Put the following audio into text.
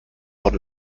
por